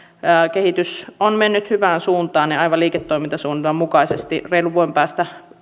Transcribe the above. kehitys on mennyt hyvään suuntaan ja aivan liiketoimintasuunnitelman mukaisesti reilun vuoden päästä